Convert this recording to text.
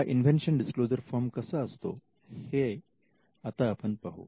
हा invention disclosure form कसा असतो हे आता आपण पाहू